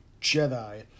Jedi